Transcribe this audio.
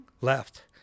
left